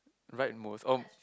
right most oh